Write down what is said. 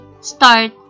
start